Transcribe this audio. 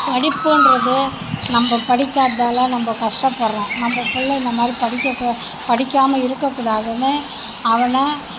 படிப்புன்றது நம்ம படிக்காததால் நம்ம கஷ்டப்படுகிறோம் நம்ம புள்ளை இந்தமாதிரி படிக்க படிக்காமல் இருக்க கூடாதுனு அவனை